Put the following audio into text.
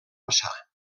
passar